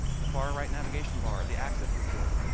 the far right navigation bar, the access report